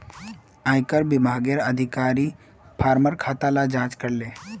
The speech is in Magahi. आयेकर विभागेर अधिकारी फार्मर खाता लार जांच करले